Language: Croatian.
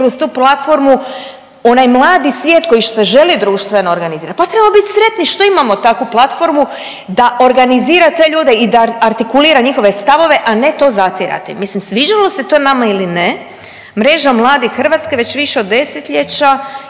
kroz tu platformu onaj mladi svijet koji se želi društveno organizirati, pa trebamo bit sretni što imamo takvu platformu da organizira te ljude i da artikulira njihove stavove, a ne to zatirati. Mislim, sviđalo se to nama ili ne, Mreža mladih Hrvatske već više od desetljeća